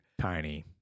Tiny